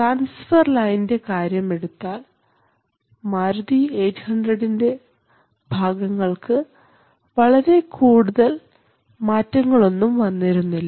transfer ലൈൻറെ കാര്യമെടുത്താൽ മാരുതി 800ൻറെ ഭാഗങ്ങൾക്ക് വളരെ കൂടുതൽ മാറ്റങ്ങളൊന്നും വന്നിരുന്നില്ല